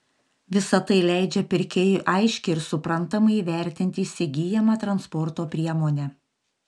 visa tai leidžia pirkėjui aiškiai ir suprantamai įvertinti įsigyjamą transporto priemonę